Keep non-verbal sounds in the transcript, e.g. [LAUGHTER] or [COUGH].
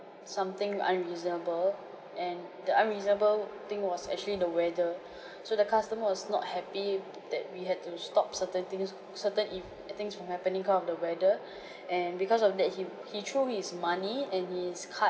something unreasonable and the unreasonable thing was actually the weather [BREATH] so the customer was not happy that we had to stop certain things certain ev~ uh things from happening cause of the weather [BREATH] and because of that he he threw his money and his card